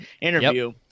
interview